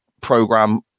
program